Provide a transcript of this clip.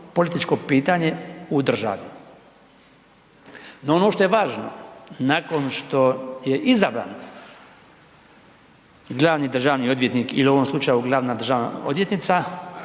političko pitanje u državi. No, ono što je važno nakon što je izabran glavni državni odvjetnik ili u ovom slučaju glavna državna odvjetnica,